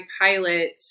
pilot